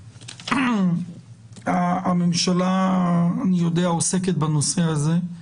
אני יודע שהממשלה עוסקת בנושא הזה.